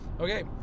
okay